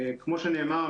כמו שנאמר,